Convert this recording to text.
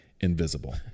Invisible